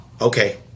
Okay